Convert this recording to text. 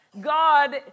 God